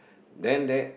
then that